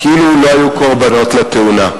כאילו לא היו קורבנות לתאונה.